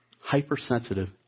hypersensitive